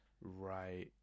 Right